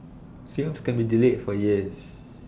films can be delayed for years